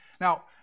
Now